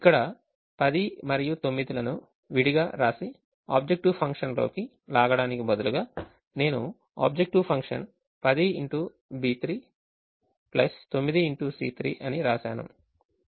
ఇక్కడ 10 మరియు 9 లను విడిగా వ్రాసి ఆబ్జెక్టివ్ ఫంక్షన్ లోకి లాగడానికి బదులుగా నేను ఆబ్జెక్టివ్ ఫంక్షన్ 10xB3 9xC3 అని వ్రాసాను